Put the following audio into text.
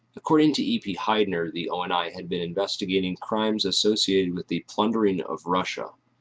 according to e p. heidner the oni had been investigating crimes associated with the plundering of russia.